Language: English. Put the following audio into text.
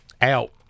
out